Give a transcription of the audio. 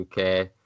uk